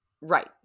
Right